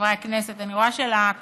חברי הכנסת, אני רואה שלקואליציה,